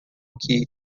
que